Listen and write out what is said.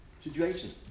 situation